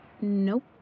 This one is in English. Nope